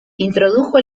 introdujo